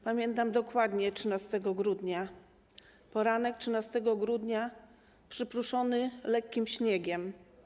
Pamiętam dokładnie 13 grudnia, poranek 13 grudnia przyprószony lekkim śniegiem.